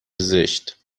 زشت